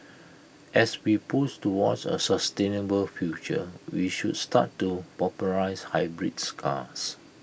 as we push towards A sustainable future we should start to popularise hybrids cars